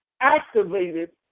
activated